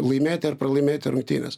laimėti ar pralaimėti rungtynes